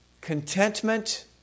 contentment